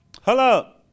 Hello